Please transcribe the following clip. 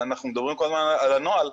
אנחנו מדברים כל הזמן על הנוהל,